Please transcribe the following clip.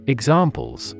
Examples